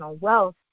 wealth